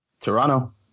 Toronto